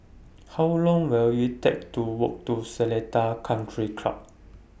How Long Will IT Take to Walk to Seletar Country Club